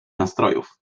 nastrojów